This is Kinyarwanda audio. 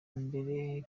mbere